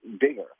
bigger